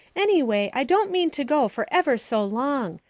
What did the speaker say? anyway, i don't mean to go for ever so long.